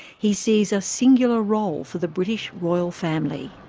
he sees a singular role for the british royal family.